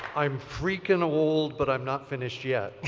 i'm freaking old but i'm not finished yet.